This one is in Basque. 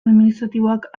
administratiboak